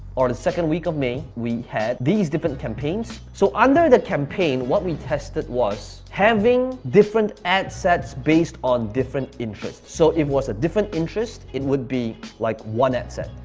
or the second week of may, we had these different campaigns. so under the campaign, what we tested was, having different ad sets based on different interests. so if it was a different interest, it would be like one ad set.